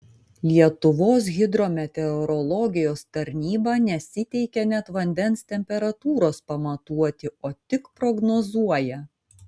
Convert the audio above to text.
lietuvos hidrometeorologijos tarnyba nesiteikia net vandens temperatūros pamatuoti o tik prognozuoja